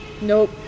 Nope